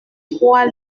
trois